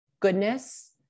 goodness